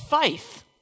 faith